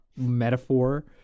metaphor